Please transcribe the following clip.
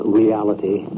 reality